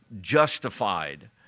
justified